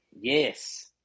Yes